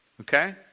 okay